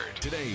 Today